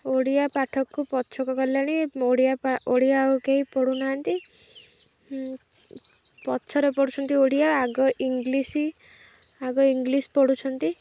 ଓଡ଼ିଆ ପାଠକୁ ପଛୁକୁ ଗଲେଣି ଓଡ଼ିଆ ଓଡ଼ିଆ ଆଉ କେହି ପଢ଼ୁନାହାନ୍ତି ପଛରେ ପଢ଼ୁଛନ୍ତି ଓଡ଼ିଆ ଆଗ ଇଂଲିଶି ଆଗ ଇଂଲିଶ ପଢ଼ୁଛନ୍ତି